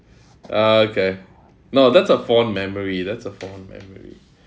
uh okay no that's a fond memory that's a fond memory